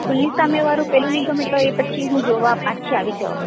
સ્કૂલની સામે વાળું પેલું નહીં ગમે તો પછી હું જોવા પાછી આવી જવા